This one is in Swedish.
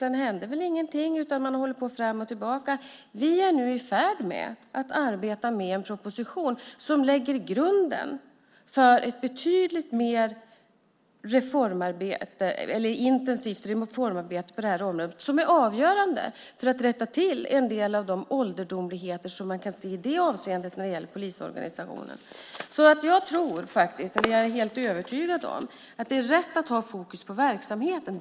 Sedan hände ingenting, utan man höll på fram och tillbaka. Vi arbetar nu med en proposition som lägger grunden för ett betydligt mer intensivt reformarbete på det här området. Det är avgörande för att rätta till en del av de ålderdomligheter som man kan se i det avseendet när det gäller polisorganisationen. Jag är helt övertygad om att det är rätt att ha fokus på verksamheten.